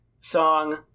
song